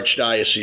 Archdiocese